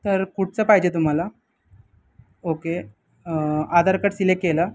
तर कुठचं पाहिजे तुम्हाला ओके आधार कार्ड सिलेक्ट केला